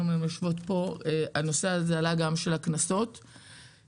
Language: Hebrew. יושבות פה היום הנושא של הקנסות גם עלה.